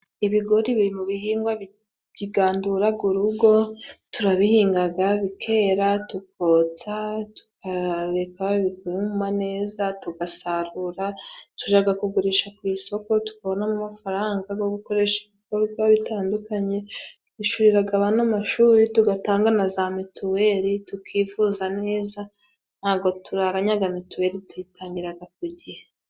Ibigori biri mu bihingwa biganduraga urugo, turabihingaga bikera, tukotsa, tukareka bikuma neza tugasarura, tujaga kugurisha ku isoko tukabonamo amafaranga go gukora ibikorwa bitandukanye, twishuriraga abana amashuri, tugatanga na za mituweli, tukivuza neza, ntabwo turaranyaga mituweli tuyitangiraga ku gihe.